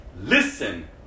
Listen